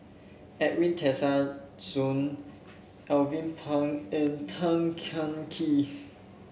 Edwin Tessensohn Alvin Pang and Tan Kah Kee